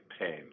pain